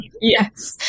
Yes